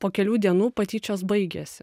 po kelių dienų patyčios baigėsi